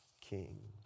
king